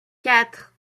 quatre